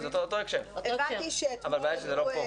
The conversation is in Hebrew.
זה אותו הקשר, אבל הבעיה שזה לא פה.